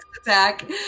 attack